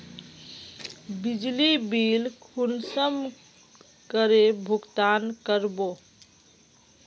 बिजली बिल कुंसम करे भुगतान कर बो?